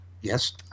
Yes